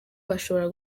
bashobora